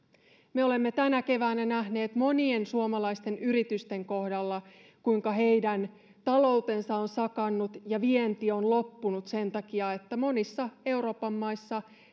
me olemme tänä keväänä nähneet monien suomalaisten yritysten kohdalla kuinka heidän taloutensa on sakannut ja vienti on loppunut sen takia että monissa euroopan maissa